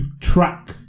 track